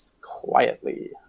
Quietly